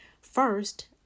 First